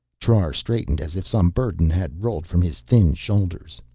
trar straightened as if some burden had rolled from his thin shoulders.